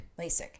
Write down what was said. LASIK